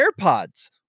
AirPods